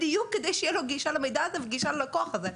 בדיוק כדי שיהיה לו גישה למידע הזה וגישה ללקוח הזה.